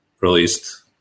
released